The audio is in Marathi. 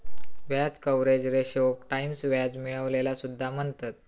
व्याज कव्हरेज रेशोक टाईम्स व्याज मिळविलेला सुद्धा म्हणतत